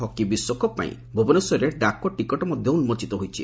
hockey ବିଶ୍ୱକପ୍ ପାଇଁ ଭୁବନେଶ୍ୱରରେ ଡାକ ଟିକଟ ମଧ୍ଧ ଉନ୍କୋଚିତ ହୋଇଛି